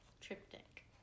Triptych